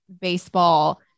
baseball